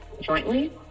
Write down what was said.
jointly